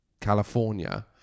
California